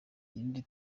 irindi